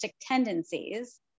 tendencies